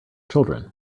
children